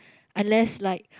unless like